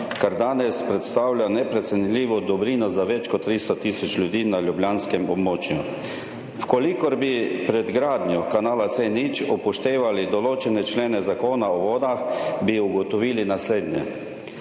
kar danes predstavlja neprecenljivo dobrino za več kot 300 tisoč ljudi na ljubljanskem območju. V kolikor bi pred gradnjo kanala C0 upoštevali določene člene zakona o vodah, bi ugotovili naslednje.